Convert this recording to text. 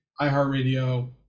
iHeartRadio